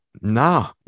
nah